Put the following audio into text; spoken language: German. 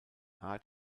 art